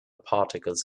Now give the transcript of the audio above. particles